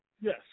Yes